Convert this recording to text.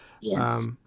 Yes